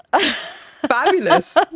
Fabulous